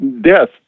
death